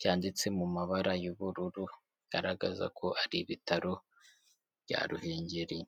cyanditse mu mabara y'ubururu bigaragaza ko ari ibitaro bya Ruhengeri.